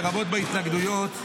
לרבות בהתנגדויות.